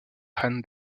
han